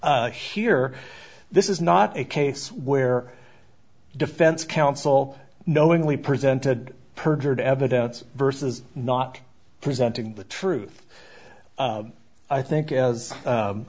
here this is not a case where defense counsel knowingly presented perjured evidence versus not presenting the truth i think as